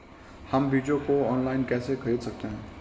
हम बीजों को ऑनलाइन कैसे खरीद सकते हैं?